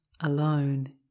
alone